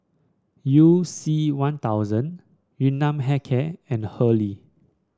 You C One Thousand Yun Nam Hair Care and Hurley